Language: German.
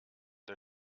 der